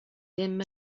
ddim